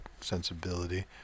sensibility